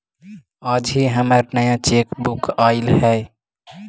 आज ही हमर नया चेकबुक आइल हई